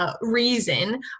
reason